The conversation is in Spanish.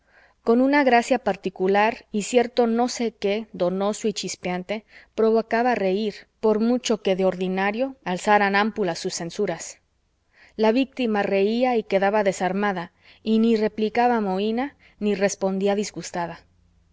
con una gracia particular y cierto no sé qué donoso y chispeante provocaba a reir por mucho que de ordinario alzaran ámpulas sus censuras la víctima reía y quedaba desarmada y ni replicaba mohina ni respondía disgustada